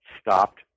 stopped